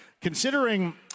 Considering